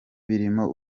birimo